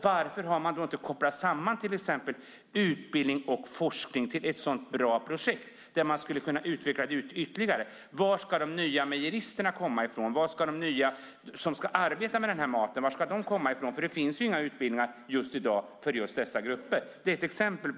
Varför har man inte kopplat samman till exempel utbildning och forskning med ett så bra projekt? Man skulle kunna utveckla det ytterligare: Var ska de nya mejeristerna komma från? De nya som ska arbeta med den här maten, var ska de komma från? I dag finns det ju inga utbildningar för just dessa grupper. Detta är bara ett exempel.